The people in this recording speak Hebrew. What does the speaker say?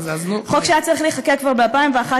חוק שהיה צריך להיחקק כבר ב-2011,